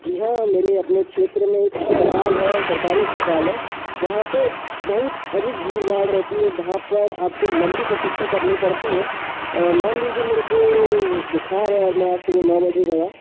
जी हाँ मेरे अपने क्षेत्र में एक अस्पताल है सरकारी अस्पताल है वहाँ पे बहुत अधिक भीड़ भाड़ रहती है वहाँ पर आपको लंबी प्रतीक्षा करनी पड़ती है मान लीजिए मेरे को बुखार है और मैं आज सुबह नौ बजे गया